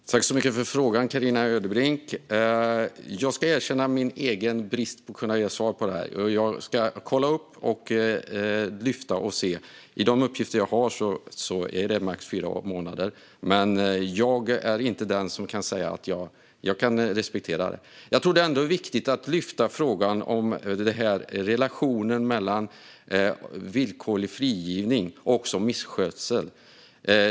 Fru talman! Jag tackar för frågan, Carina Ödebrink. Jag ska erkänna min bristande förmåga att svara, och jag ska kontrollera frågan. De uppgifter jag har säger max fyra månader, men jag kan respektera att jag kan ha fel. Det är ändå viktigt att lyfta upp frågan om relationen mellan villkorlig frigivning och misskötsel.